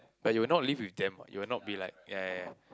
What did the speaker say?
but you will not leave with them what you will not be like ya ya ya